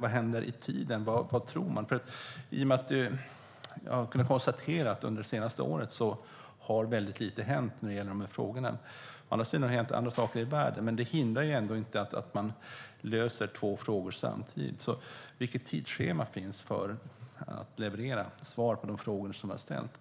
som händer i tiden. Under det senaste året har man kunnat konstatera att det har hänt väldigt lite i de här frågorna, även om det har hänt andra saker i världen. Men det hindrar inte att man löser två frågor samtidigt. Vilket tidsschema finns för att leverera svar på de frågor som jag har ställt?